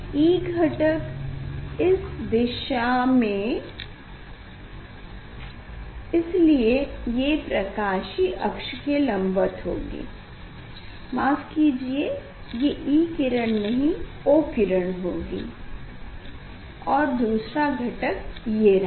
E घटक इस दिशा में इसलिए ये प्रकाशीय अक्ष के लम्बवत होगी माफ कीजिये ये E किरण नहीं O किरण होगी और दूसरा घटक ये रहा